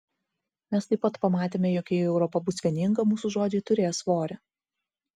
mes taip pat pamatėme jog jei europa bus vieninga mūsų žodžiai turės svorį